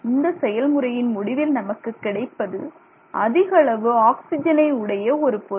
இந்த செயல்முறையின் முடிவில் நமக்கு கிடைப்பது அதிகளவு ஆக்ஸிஜனை உடைய ஒரு பொருள்